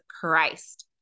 Christ